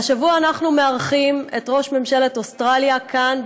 והשבוע אנחנו מארחים את ראש ממשלת אוסטרליה כאן,